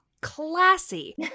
classy